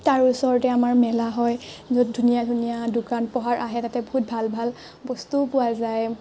তাৰ ওচৰতে আমাৰ মেলা হয় য'ত ধুনীয়া ধুনীয়া দোকান পোহাৰ আহে তাতে বহুত ভাল ভাল বস্তুও পোৱা যায়